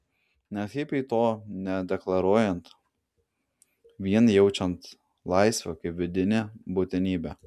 net hipiui to nedeklaruojant vien jaučiant laisvę kaip vidinę būtinybę